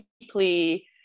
deeply